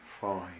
fine